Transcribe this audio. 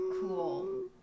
cool